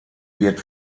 wird